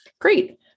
Great